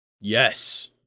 Yes